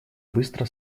быстро